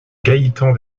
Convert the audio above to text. gaëtan